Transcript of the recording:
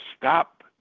stop